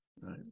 right